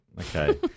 okay